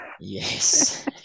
Yes